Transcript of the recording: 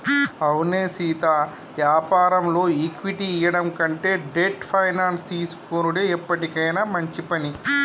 అవునే సీతా యాపారంలో ఈక్విటీ ఇయ్యడం కంటే డెట్ ఫైనాన్స్ తీసుకొనుడే ఎప్పటికైనా మంచి పని